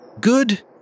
good